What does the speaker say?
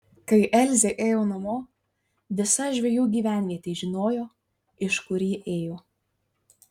kai elzė ėjo namo visa žvejų gyvenvietė žinojo iš kur ji ėjo